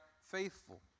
faithful